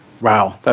Wow